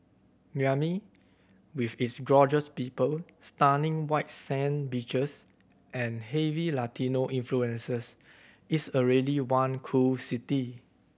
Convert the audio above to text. Miami with its gorgeous people stunning white sand beaches and heavy Latino influences is already one cool city